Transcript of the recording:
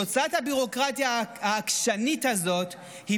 תוצאת הביורוקרטיה העקשנית הזאת היא